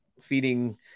feeding